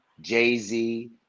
Jay-Z